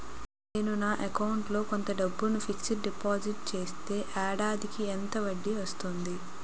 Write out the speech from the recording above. నేను నా అకౌంట్ లో కొంత డబ్బును ఫిక్సడ్ డెపోసిట్ చేస్తే ఏడాదికి ఎంత వడ్డీ వస్తుంది?